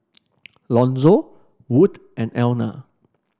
Lonzo Wood and Elna